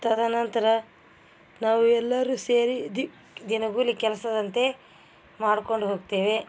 ತದನಂತರ ನಾವು ಎಲ್ಲರು ಸೇರಿ ದಿನಗೂಲಿ ಕೆಲ್ಸದಂತೆ ಮಾಡ್ಕೊಂಡು ಹೋಗ್ತೇವೆ